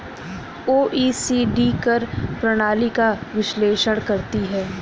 OECD कर प्रणाली का विश्लेषण करती हैं